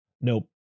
Nope